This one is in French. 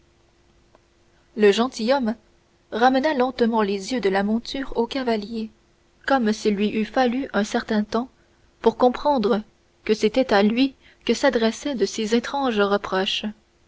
le gentilhomme ramena lentement les yeux de la monture au cavalier comme s'il lui eût fallu un certain temps pour comprendre que c'était à lui que s'adressaient de si étranges reproches